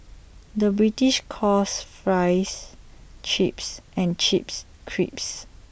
the British calls Fries Chips and Chips Crisps